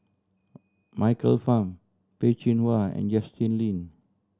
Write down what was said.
Michael Fam Peh Chin Hua and Justin Lean